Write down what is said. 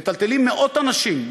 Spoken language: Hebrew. מטלטלים מאות אנשים.